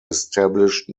established